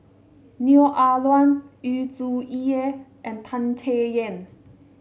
Neo Ah Luan Yu Zhuye and Tan Chay Yan